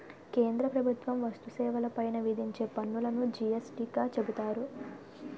కేంద్ర ప్రభుత్వం వస్తు సేవల పైన విధించే పన్నులును జి యస్ టీ గా చెబుతారు